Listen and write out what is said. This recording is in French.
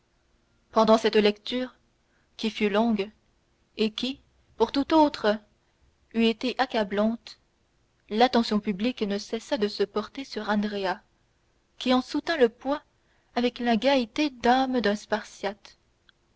pendant cette lecture qui fut longue et qui pour tout autre eût été accablante l'attention publique ne cessa de se porter sur andrea qui en soutint le poids avec la gaieté d'âme d'un spartiate